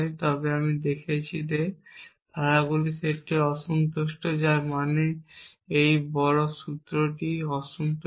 তবে আমরা দেখিয়েছি যে এই ধারাগুলির সেটটি অসন্তুষ্ট যার মানে এই বড় সূত্রটি অসন্তুষ্ট